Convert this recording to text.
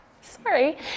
Sorry